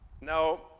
Now